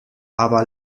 aber